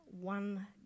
one